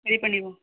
சரிப் பண்ணிடுவோம்